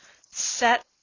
set